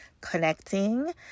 connecting